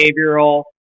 behavioral